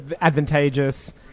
advantageous